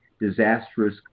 disastrous